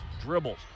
dribbles